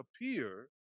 appear